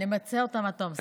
נמצה אותן עד תום.